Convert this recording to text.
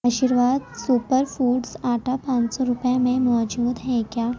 آشرواد super foods آٹا پانچ سو روپے میں موجود ہے کیا